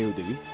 devi.